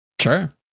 sure